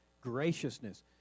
graciousness